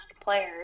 players